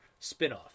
spinoff